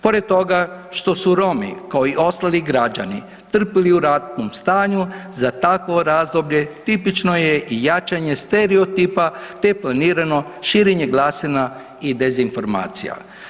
Pored toga što su Romi kao i ostali građani trpili u ratnom stanju, za takvo razdoblje, tipično je i jačanje stereotipa te planirano širenje glasina i dezinformacija.